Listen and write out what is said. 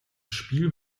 spiel